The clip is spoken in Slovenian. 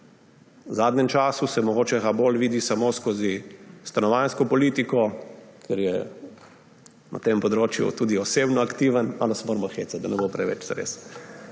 V zadnjem času se ga mogoče bolj vidi samo skozi stanovanjsko politiko, ker je na tem področju tudi osebno aktiven. Malo se moramo hecati, da ne bo preveč zares.